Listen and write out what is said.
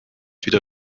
wieder